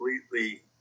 completely